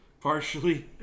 Partially